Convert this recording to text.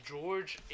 George